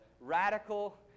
radical